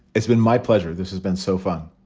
it's been my pleasure. this has been so fun